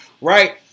right